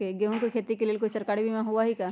गेंहू के खेती के लेल कोइ सरकारी बीमा होईअ का?